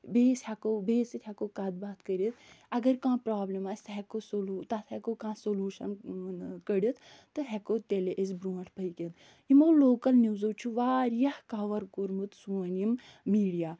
بیٚیِس ہٮ۪کَو بیٚیِس سۭتۍ ہٮ۪کَو کَتھ باتھ کٔرِتھ اگر کانٛہہ پرٛابلِم آسہِ سۄ ہٮ۪کَو سُلوٗ تَتھ ہٮ۪کَو کانٛہہ سُلوٗشَن کٔڑِتھ تہٕ ہٮ۪کَو تیٚلی أسۍ برٛونٛٹھ پٔکِتھ یِمَو لوکَل نِوٕزَو چھِ واریاہ کَوَر کوٚرمُت سون یِم میٖڈِیا